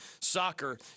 soccer